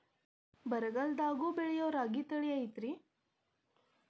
ಬರಗಾಲದಾಗೂ ಬೆಳಿಯೋ ರಾಗಿ ತಳಿ ಐತ್ರಿ?